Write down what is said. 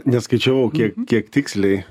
neskaičiavau kiek kiek tiksliai